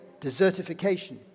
desertification